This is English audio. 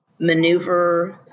maneuver